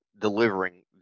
delivering